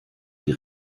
die